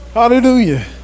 Hallelujah